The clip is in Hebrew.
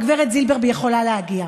הגברת זילבר יכולה להגיע.